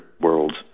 world